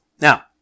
Now